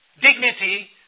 Dignity